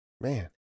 man